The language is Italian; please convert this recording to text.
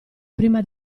prima